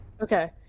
Okay